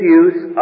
use